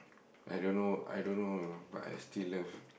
I don't know I don't know but I still love